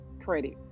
credit